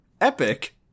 Epic